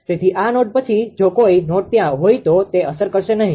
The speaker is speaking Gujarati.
તેથી આ નોડ પછી જો કોઈ નોડ ત્યાં હોઈ તો તે અસર કરશે નહિ